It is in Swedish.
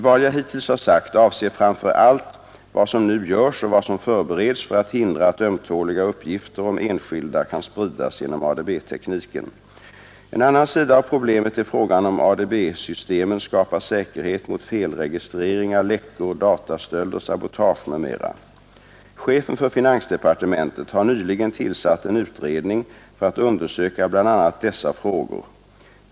Vad jag hittills har sagt avser framför allt vad som nu görs och vad som förbereds för att hindra att ömtåliga uppgifter om enskilda kan spridas genom ADB-tekniken. En annan sida av problemet är frågan om ADB-systemen skapar säkerhet mot felregistreringar, läckor, datastölder, sabotage m.m. Chefen för finansdepartementet har nyligen tillsatt en utredning för att undersöka bl.a. dessa frågor.